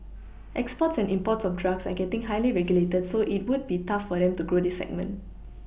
exports and imports of drugs are getting highly regulated so it would be tough for them to grow this segment